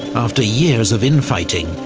after years of infighting,